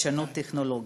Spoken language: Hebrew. וחדשנות טכנולוגית.